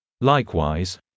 Likewise